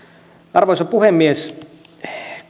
arvoisa puhemies